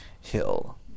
hill